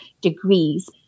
degrees